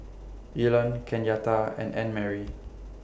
Elon Kenyatta and Annmarie